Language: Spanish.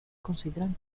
consideran